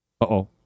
Uh-oh